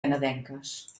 canadenques